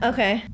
Okay